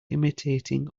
imitating